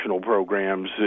programs